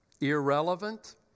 irrelevant